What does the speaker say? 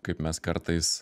kaip mes kartais